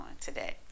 today